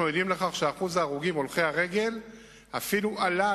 אנחנו עדים לכך ששיעור ההרוגים הולכי הרגל אפילו גדל,